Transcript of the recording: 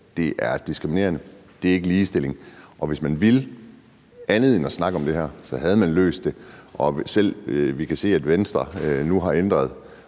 det er diskriminerende, det er ikke ligestilling. Hvis man ville andet end at snakke om det her, havde man løst det. Vi kan se, at Venstre nu har ændret